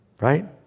Right